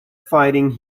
fighting